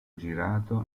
girato